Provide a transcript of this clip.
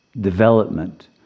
development